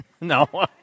no